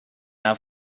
out